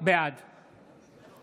בעד